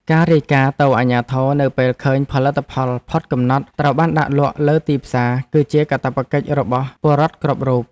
ការរាយការណ៍ទៅអាជ្ញាធរនៅពេលឃើញផលិតផលផុតកំណត់ត្រូវបានដាក់លក់លើទីផ្សារ គឺជាកាតព្វកិច្ចរបស់ពលរដ្ឋគ្រប់រូប។